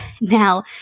now